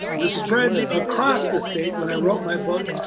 the spread across the state, when i wrote my book,